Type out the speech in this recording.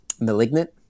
Malignant